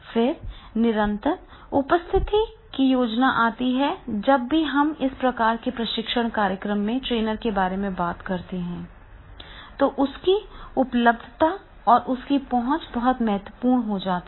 फिर निरंतर उपस्थिति की योजना आती है जब भी हम इस प्रकार के प्रशिक्षण कार्यक्रमों में ट्रेनर के बारे में बात करते हैं तो उसकी उपलब्धता और उसकी पहुँच बहुत महत्वपूर्ण हो जाती है